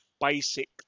basic